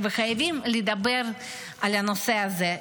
וחייבים לדבר על הנושא הזה.